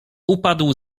upadł